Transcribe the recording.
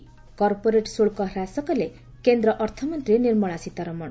corporate ଶୁଳ୍କ ହ୍ରାସ କଲେ କେନ୍ଦ୍ ଅର୍ଥମନ୍ତୀ ନିର୍ମଳା ସୀତାରମଣ